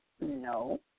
No